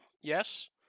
yes